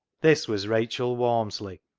this was rachel walmsley,